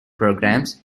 programs